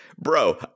bro